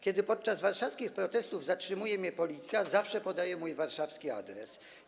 Kiedy podczas warszawskich protestów zatrzymuje mnie Policja, zawsze podaję mój warszawski adres.